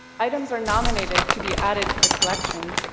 items are nominated to be added to the collection,